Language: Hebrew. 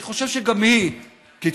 אני חושב שגם היא קיצונית,